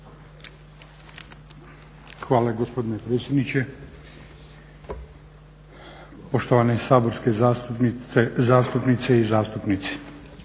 Hvala gospodine predsjedniče. Poštovane saborske zastupnice i zastupnici.